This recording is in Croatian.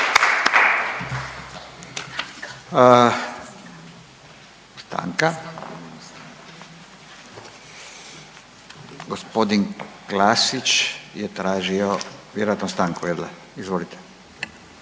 Stanka. Gospodin Klasić je tražio vjerojatno stanku. Izvolite.